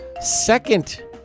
Second